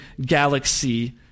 galaxy